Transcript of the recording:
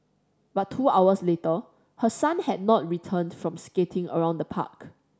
but two hours later her son had not returned from skating around the park